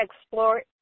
explore